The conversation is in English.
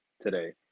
today